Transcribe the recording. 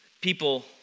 people